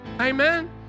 Amen